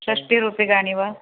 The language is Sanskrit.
षष्टिरूप्यकाणि वा